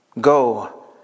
go